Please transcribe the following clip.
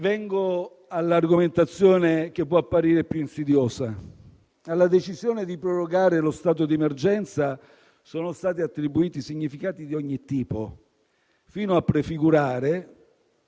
Vengo all'argomentazione che può apparire più insidiosa. Alla decisione di prorogare lo stato di emergenza sono stati attribuiti significati di ogni tipo, fino a prefigurare